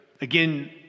again